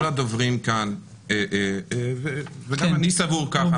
כל הדוברים כאן וגם אני סבור ככה,